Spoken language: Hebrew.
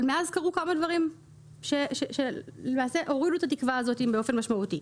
אבל מאז קרו כמה דברים שלמעשה הורידו את התקווה הזאת באופן משמעותי.